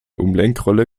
umlenkrolle